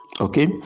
okay